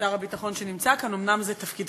שר הביטחון, שנמצא כאן, אומנם זה תפקידך,